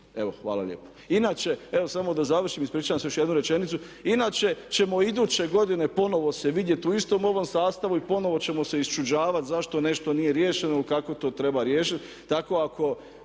Evo, hvala lijepo. Inače, evo samo da završim, ispričavam se, još jednu rečenicu. Inače ćemo iduće godine ponovno se vidjeti u istom ovom sastavu i ponovno ćemo se iščuđavati zašto nešto nije riješeno, kako to treba riješiti.